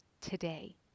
today